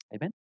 Amen